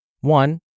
One